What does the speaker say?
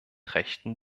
rechten